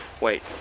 Wait